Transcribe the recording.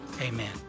Amen